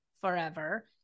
forever